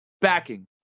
backing